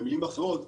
במילים אחרות,